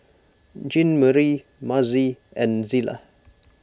Jeanmarie Mazie and Zela